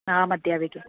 आम् अध्यापिके